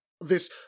this-